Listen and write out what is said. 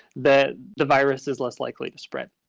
that the virus is less likely to spread.